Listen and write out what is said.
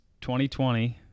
2020